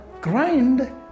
grind